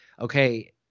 okay